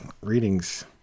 readings